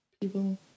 people